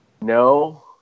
no